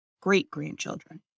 great-grandchildren